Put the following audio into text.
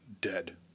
Dead